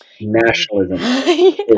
nationalism